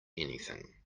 anything